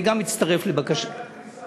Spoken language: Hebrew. אני גם מצטרף לבקשת, לא הייתה כניסה.